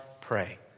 pray